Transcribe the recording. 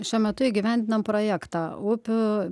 šiuo metu įgyvendinam projektą upių